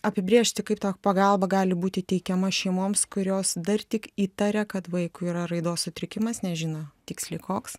apibrėžti kaip ta pagalba gali būti teikiama šeimoms kurios dar tik įtaria kad vaikui yra raidos sutrikimas nežino tiksliai koks